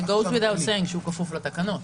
זה ברור, שהוא כפוף לתקנות.